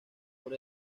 por